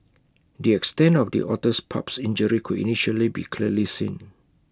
the extent of the otter's pup's injury could initially be clearly seen